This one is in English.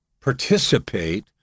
participate